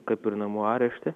kaip ir namų arešte